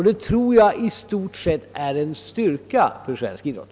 Detta tror jag i stort sett är en styrka för svensk idrott.